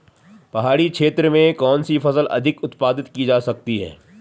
पहाड़ी क्षेत्र में कौन सी फसल अधिक उत्पादित की जा सकती है?